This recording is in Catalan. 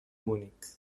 munic